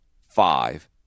five